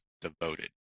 devoted